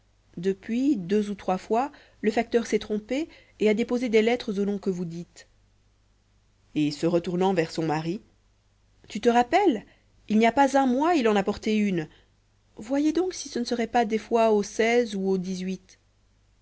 depuis deux ou trois fois le facteur s'est trompé et a déposé des lettres au nom que vous dites et se tournant vers son mari tu te rappelles il n'y a pas un mois il en a porté une voyez donc si ce ne serait pas des fois au ou au